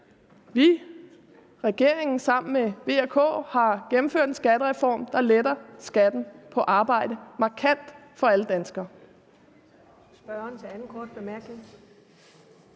vi, regeringen sammen med V og K, har gennemført en skattereform, der letter skatten på arbejde markant for alle danskere.